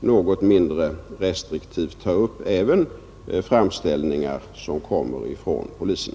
något mindre restriktivt ta upp även framställningar som kommer från polisen.